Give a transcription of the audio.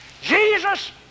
Jesus